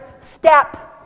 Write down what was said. step